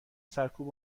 سرکوب